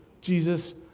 Jesus